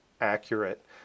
accurate